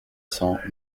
cents